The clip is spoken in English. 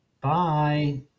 bye